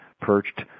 perched